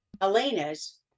Elena's